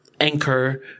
anchor